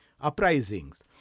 uprisings